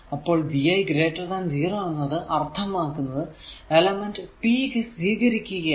അപ്പോൾ vi0 എന്നത് അർത്ഥമാക്കുന്നത് എലമെന്റ് p സ്വീകരിക്കുകയാണ്